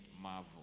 marvel